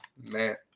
man